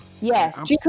Yes